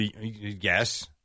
Yes